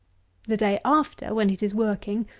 the day after, when it is working,